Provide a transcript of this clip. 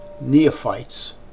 neophytes